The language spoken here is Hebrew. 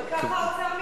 אבל ככה האוצר מתנהל.